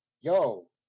yo